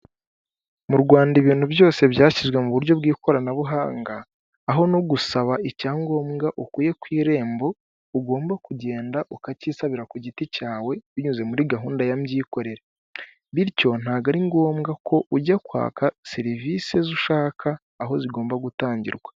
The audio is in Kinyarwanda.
Mu rwanda ibintu byose byashyizwe mu buryo bw'ikoranabuhanga, aho no gusaba icyangombwa ukuye ku irembo ugomba kugenda ukacyisabira ku giti cyawe binyuze muri gahunda ya mbyikorere. Bityo ntabwo ari ngombwa ko ujya kwaka serivisi zo ushaka aho zigomba gutangirwa.